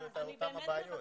יש לו את אותן הבעיות.